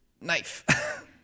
Knife